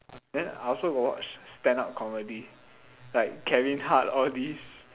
then I also got watch stand up comedy like Kevin Hart all these